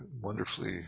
wonderfully